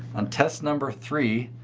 on test number three,